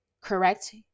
correct